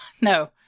no